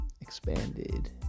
expanded